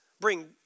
bring